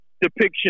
depiction